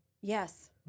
Yes